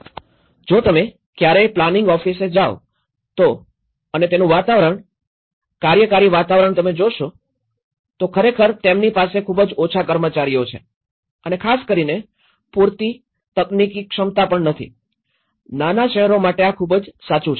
જો તમે ક્યારેય પ્લાનિંગ ઓફિસે જાવ તો અને તેનું વાતાવરણ કાર્યકારી વાતાવરણ તમે જોશો તો ખરેખર તેમની પાસે ખૂબ જ ઓછા કર્મચારીઓ છે અને ખાસ કરીને પૂરતી તકનીકી ક્ષમતા પણ નથી નાના શહેરો માટે આ ખૂબ જ સાચું છે